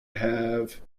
have